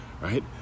right